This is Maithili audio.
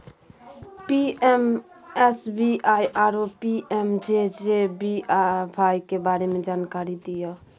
पी.एम.एस.बी.वाई आरो पी.एम.जे.जे.बी.वाई के बारे मे जानकारी दिय?